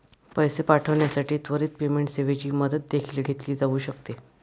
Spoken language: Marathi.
पैसे पाठविण्यासाठी त्वरित पेमेंट सेवेची मदत देखील घेतली जाऊ शकते